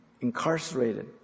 incarcerated